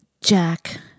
Jack